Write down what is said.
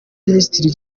minisitiri